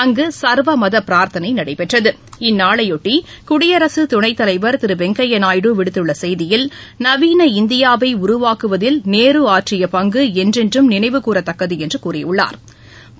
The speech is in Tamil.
அங்கு சர்வமத பிரார்த்தனை நடைபெற்றது இந்நாளையொட்டி குடியரசு துணைத்தலைவா் திரு வெங்கையா நாயுடு விடுத்துள்ள செய்தியில் நவீன இந்தியாவை உருவாக்குவதில் நேரு ஆற்றிய பங்கு என்றென்றும் நினைவுகூறத்தக்கது என்று கூறியுள்ளா்